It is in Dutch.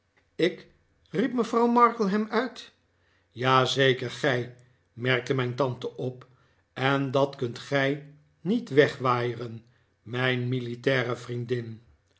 ik riep mevrouw markleham uit ja zeker gij merkte mijn tante op en dat kunt gij niet wegwaaieren mijn militaire vriendin